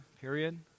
period